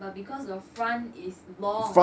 but because your front is long